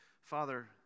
Father